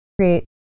create